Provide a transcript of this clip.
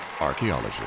Archaeology